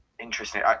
interesting